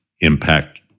impact